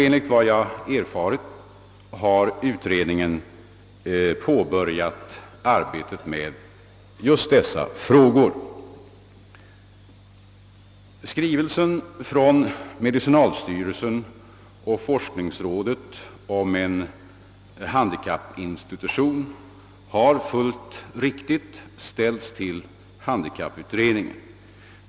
Enligt vad jag erfarit har utredningen påbörjat arbetet med just dessa frågor. Skrivelsen från medicinalstyrelsen och forskningsrådet om ett handikappinstitut har, fullt riktigt, ställts till handikapputredningen.